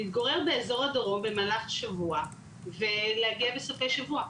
להתגורר באזור הדרום במהלך השבוע ולהגיע בסופי השבוע.